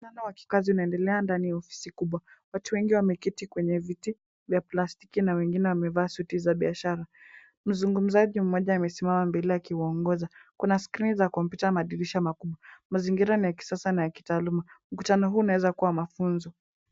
Mkutano wa kikazi unaendelea ndani ya ofisi kubwa. Watu wengi wameketi kwenye viti vya plastiki na wengine wamevaa suti za biashara. Mzungumzaji mmoja amesimama mbele akiwaongoza. Kuna skrini za kompyuta madirisha makubwa. Mazingira ni ya kisasa na ya kitaaluma. Mkutano huu unaweza kuwa mafunzo.